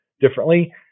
differently